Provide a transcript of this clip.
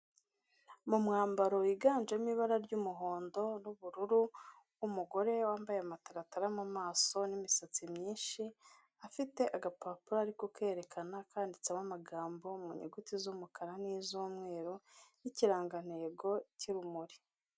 Mu mwambaro wiganjemo ibara ry'umuhondo n'ubururu, umugore wambaye amataratara mu maso n'imisatsi myinshi, afite agapapuro ari kukerekana kanditseho amagambo mu nyuguti z'umukara n'iz'umweru n'ikirangantego cy'urumuri.